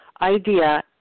idea